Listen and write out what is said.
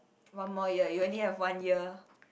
one more year you only have one year